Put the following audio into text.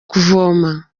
kuvoma